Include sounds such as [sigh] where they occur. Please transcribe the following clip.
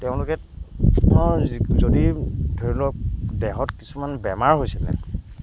তেওঁলোকে [unintelligible] যদি ধৰি লওক দেহত কিছুমান বেমাৰ হৈছিলে